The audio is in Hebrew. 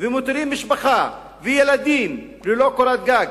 ומותירים משפחה וילדים ללא קורת גג,